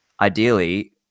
ideally